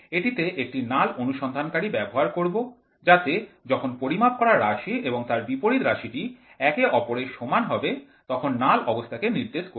এটিতে একটি নাল অনুসন্ধানকারী ব্যবহার করব যাতে যখন পরিমাপ করা রাশি এবং তার বিপরীত রাশিটি একে অপরের সমান হবে তখন নাল অবস্থাকে নির্দেশ করবে